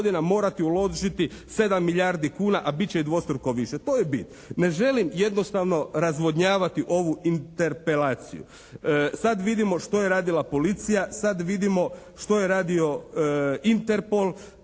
morati uložiti 7 milijardi kuna, a bit će i dvostruko više? To je bit. Ne želim jednostavno razvodnjavati ovu interpelaciju. Sad vidimo što je radila policija, sad vidimo što je radio Interpol.